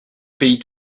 pays